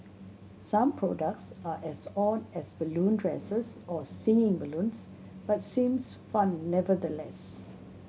some products are as odd as balloon dresses or singing balloons but seems fun nevertheless